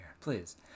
please